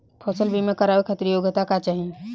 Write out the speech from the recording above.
फसल बीमा करावे खातिर योग्यता का चाही?